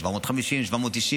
750,